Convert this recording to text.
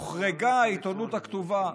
הוחרגה העיתונות הכתובה,